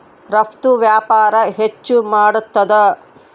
ರಫ್ತು ವ್ಯಾಪಾರ ಹೆಚ್ಚು ಮಾಡ್ತಾದ